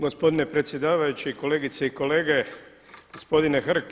Gospodine predsjedavajući, kolegice i kolege, gospodine Hrg.